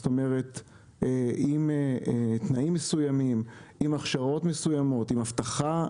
עם תנאים מסוימים, עם הכשרות מסוימות, עם הבטחה